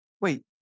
Wait